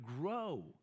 grow